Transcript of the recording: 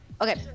Okay